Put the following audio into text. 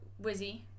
Wizzy